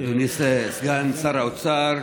אדוני סגן שר האוצר,